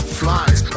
flies